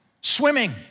swimming